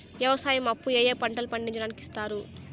వ్యవసాయం అప్పు ఏ ఏ పంటలు పండించడానికి ఇస్తారు?